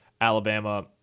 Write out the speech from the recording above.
Alabama